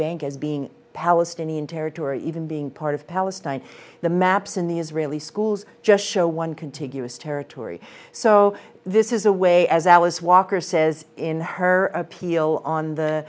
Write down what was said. bank as being palestinian territory even being part of palestine the maps in the israeli schools just show one contiguous territory so this is a way as alice walker says in her appeal on the